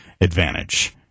advantage